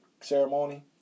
ceremony